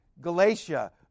Galatia